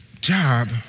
job